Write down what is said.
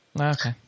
Okay